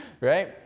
right